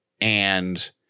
and-